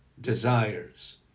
desires